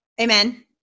Amen